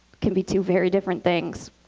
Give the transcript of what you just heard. can be two very different things.